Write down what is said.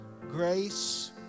grace